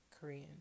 Korean